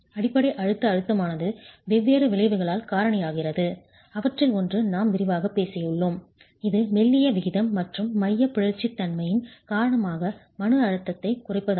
அடிப்படை அழுத்த அழுத்தமானது வெவ்வேறு விளைவுகளால் காரணியாகிறது அவற்றில் ஒன்று நாம் விரிவாகப் பேசியுள்ளோம் இது மெல்லிய விகிதம் மற்றும் மையப் பிறழ்ச்சி தன்மை யின் காரணமாக மன அழுத்தத்தைக் குறைப்பதாகும்